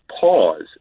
pause